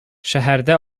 шәһәрдә